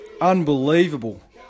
unbelievable